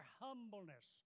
humbleness